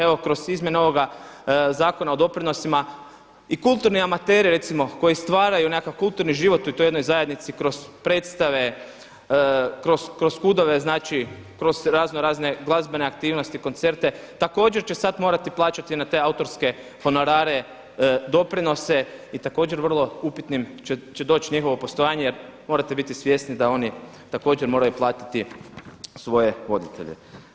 Evo kroz izmjene ovoga Zakona o doprinosima i kulturni amateri recimo koji stvaraju nekakav kulturni život u toj jednoj zajednici kroz predstave, kroz KUD-ove znači, kroz razno razne glazbene aktivnosti, koncerte, također će sada morati plaćati na te autorske honorare doprinose i također vrlo upitnim će doći njihovo postojanje jer morate biti svjesni da oni također moraju platiti svoje voditelje.